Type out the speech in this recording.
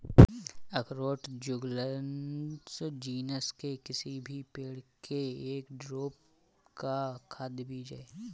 अखरोट Juglans genus के किसी भी पेड़ के एक ड्रूप का खाद्य बीज है